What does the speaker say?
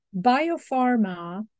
biopharma